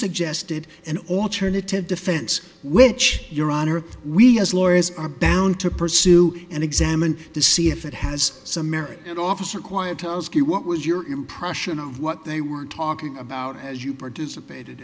suggested an alternative defense which your honor we as lawyers are bound to pursue and examined to see if it has some merit and officer quiet ask you what was your impression of what they were talking about as you participated